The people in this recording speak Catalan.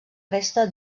resta